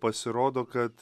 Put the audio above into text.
pasirodo kad